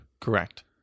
Correct